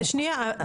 אבל שניה,